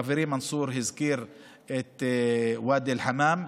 חברי מנסור הזכיר את ואדי אל-חמאם,